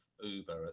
Uber